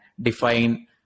define